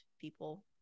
people